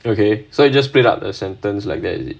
okay so you just break up a sentence like that is it